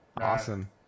Awesome